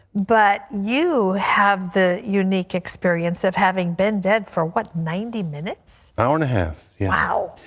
but you have the unique experience of having been dead for what, ninety minutes? hour and a half. yeah. wow.